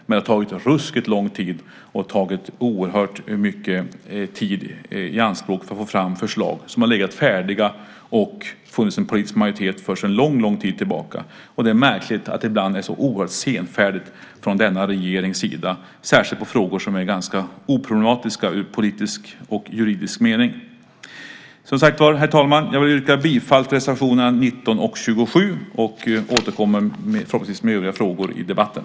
Men det har tagit ruskigt lång tid att få fram förslag som har legat färdiga och som det har funnits en politisk majoritet för sedan lång tid tillbaka. Och det är märkligt att denna regering ibland är så oerhört senfärdig, särskilt när det gäller frågor som är ganska oproblematiska i politisk och juridisk mening. Herr talman! Jag yrkar bifall till reservationerna 19 och 27 och återkommer förhoppningsvis med övriga frågor i debatten.